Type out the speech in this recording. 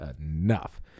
enough